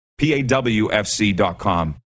PAWFC.com